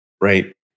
right